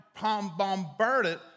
bombarded